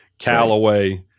Callaway